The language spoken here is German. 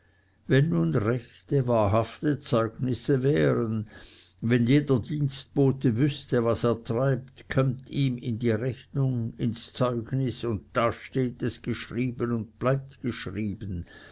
wenn nun rechte wahrhafte zeugnisse wären wenn jeder dienstbote wüßte was er treibt kömmt in die rechnung ins zeugnis und da steht es geschrieben und bleibt geschrieben